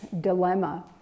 dilemma